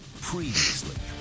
previously